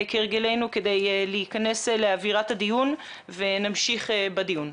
כהרגלנו, כדי להיכנס לאווירת הדיון ונמשיך בדיון.